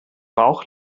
bauch